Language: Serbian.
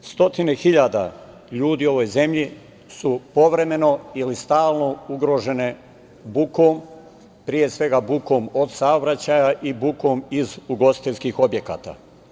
Stotine hiljada ljudi u ovoj zemlji su povremeno ili stalno ugrožene bukom, pre svega bukom od saobraćaja i bukom iz ugostiteljskih objekata.